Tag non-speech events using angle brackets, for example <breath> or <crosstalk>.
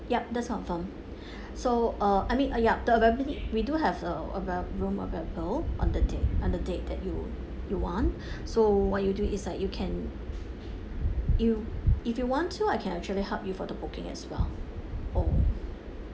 yup that's confirmed <breath> so uh I mean uh yup the availability we do have a avail~ room available on the day on the date that you you want <breath> so what you do is like you can you if you want to I can actually help you for the booking as well or